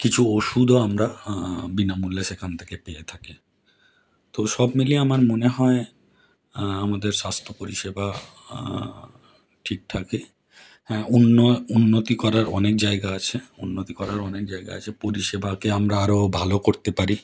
কিছু ওষুধও আমরা বিনামূল্যে সেখান থেকে পেয়ে থাকি তো সব মিলিয়ে আমার মনে হয় আমাদের স্বাস্থ্য পরিষেবা ঠিকঠাকই হ্যাঁ উন্নয় উন্নতি করার অনেক জায়গা আছে উন্নতি করার অনেক জায়গা আছে পরিষেবাকে আমরা আরও ভালো করতে পারি